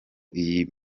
iyi